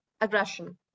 aggression